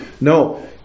No